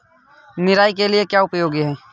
निराई के लिए क्या उपयोगी है?